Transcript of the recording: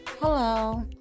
Hello